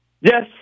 Yes